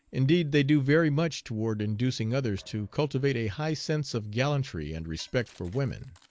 indeed, they do very much toward inducing others to cultivate a high sense of gallantry and respect for women.